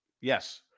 Yes